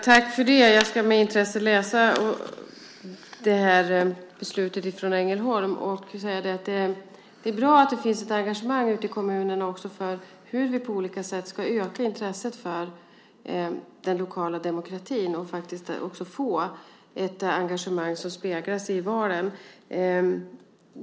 Herr talman! Jag ska med intresse läsa beslutet från Ängelholm. Det är bra att det finns ett engagemang ute i kommunerna för hur vi på olika sätt ska öka intresset för den lokala demokratin och faktiskt också få ett engagemang som återspeglas i valen.